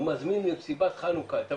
הוא מזמין למסיבת חנוכה את המבוגרים,